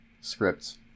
scripts